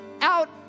out